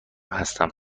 هستم